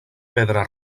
pedra